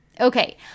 okay